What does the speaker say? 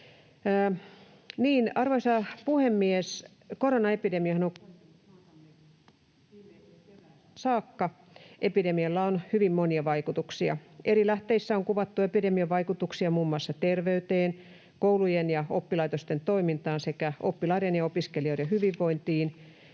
viime keväästä saakka. Epidemialla on hyvin monia vaikutuksia. Eri lähteissä on kuvattu epidemian vaikutuksia muun muassa terveyteen, koulujen ja oppilaitosten toimintaan sekä oppilaiden ja opiskelijoiden hyvinvointiin,